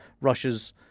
Russia's